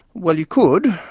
well, you could,